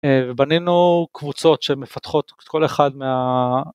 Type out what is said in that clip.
ובנינו קבוצות שמפתחות את כל אחד מה...